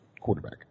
quarterback